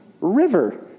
river